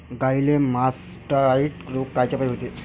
गाईले मासटायटय रोग कायच्यापाई होते?